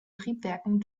triebwerken